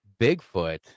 Bigfoot